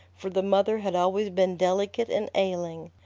for the mother had always been delicate and ailing.